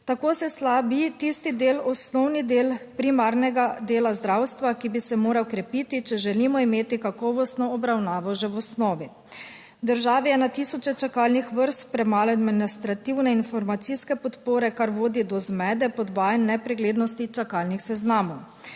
Tako se slabi tisti del, osnovni del primarnega dela zdravstva, ki bi se moral krepiti, če želimo imeti kakovostno obravnavo že v osnovi. V državi je na tisoče čakalnih vrst, premalo administrativne informacijske podpore, kar vodi do zmede, podvajanj, nepreglednosti čakalnih seznamov.